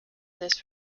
this